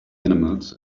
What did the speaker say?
animals